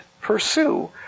pursue